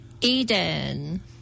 Eden